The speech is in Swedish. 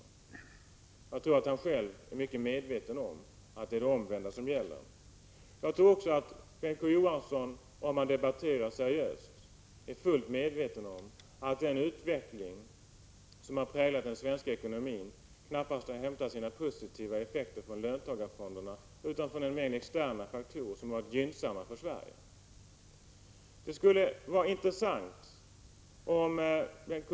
Jag tror att han själv är mycket medveten om att det är det omvända förhållandet som gäller. Om Bengt K. Å. Johansson debatterar seriöst borde han också vara fullt medveten om att den utveckling som har präglat den svenska ekonomin knappast har hämtat sina positiva effekter från löntagarfonderna, utan från externa faktorer som har varit gynnsamma för Sverige. Det skulle vara intressant om Bengt K.